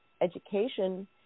education